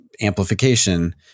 amplification